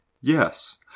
Yes